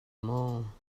maw